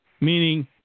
Meaning